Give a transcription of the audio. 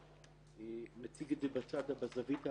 מבקשת פה משהו שהוא חריג בנוף, לפי מה שאני יודעת.